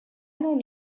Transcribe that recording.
non